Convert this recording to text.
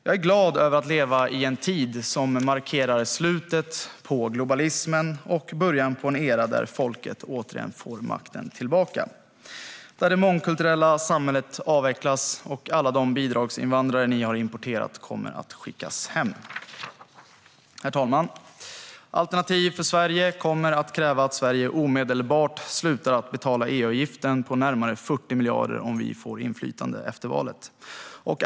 Jag är glad att leva i en tid som markerar slutet på globalismen och början på en era där folket återigen får makten, där det mångkulturella samhället avvecklas och där alla de bidragsinvandrare ni har importerat kommer att skickas hem. Herr talman! Alternativ för Sverige kommer att kräva att Sverige omedelbart slutar betala EU-avgiften på närmare 40 miljarder om vi får inflytande efter valet.